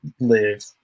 live